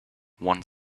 one